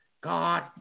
God